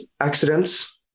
accidents